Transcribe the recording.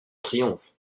triomphe